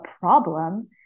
problem